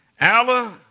Allah